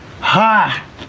Ha